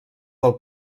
del